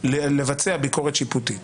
לבצע ביקורת שיפוטית